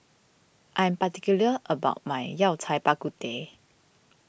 I am particular about my Yao Cai Bak Kut Teh